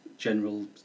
general